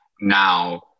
now